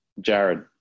Jared